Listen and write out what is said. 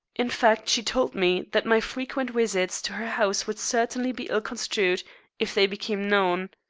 in fact, she told me that my frequent visits to her house would certainly be ill-construed if they became known.